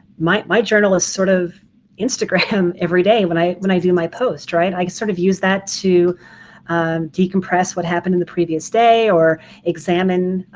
my my journalist is sort of instagram every day when i when i do my post right? i sort of use that to decompress what happened in the previous day, or examine